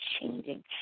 changing